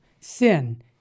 sin